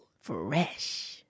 Fresh